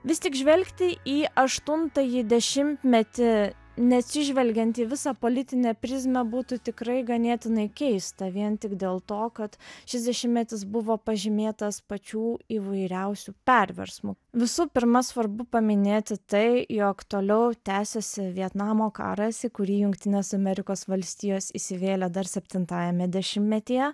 vis tik žvelgti į aštuntąjį dešimtmetį neatsižvelgiant į visą politinę prizmę būtų tikrai ganėtinai keista vien tik dėl to kad šis dešimtmetis buvo pažymėtas pačių įvairiausių perversmų visų pirma svarbu paminėti tai jog toliau tęsėsi vietnamo karas į kurį jungtinės amerikos valstijos įsivėlė dar septintajame dešimtmetyje